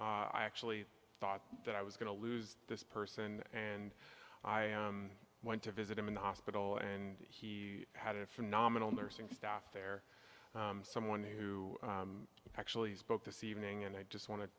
i actually thought that i was going to lose this person and i went to visit him in the hospital and he had a phenomenal nursing staff there someone who actually spoke to see even ng and i just want to